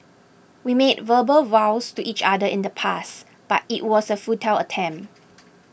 we made verbal vows to each other in the past but it was a futile attempt